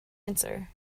answer